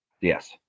Yes